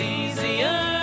easier